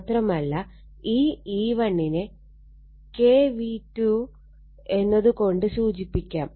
മാത്രമല്ല ഈ E1 നെ K V2 എന്നത് കൊണ്ട് സൂചിപ്പിക്കാം